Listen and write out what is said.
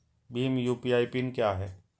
Bhim UPI PIN क्या है?